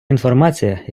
інформація